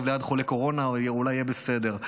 ליד חולה קורונה או שאולי יהיה בסדר.